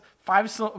Five